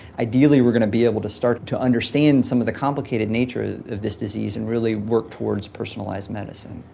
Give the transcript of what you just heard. ideally we're going to be able to start to understand some of the complicated nature of this disease and really work towards personalised medicine,